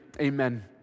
amen